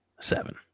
Seven